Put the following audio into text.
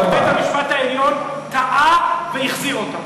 ובית-המשפט העליון טעה והחזיר אותה.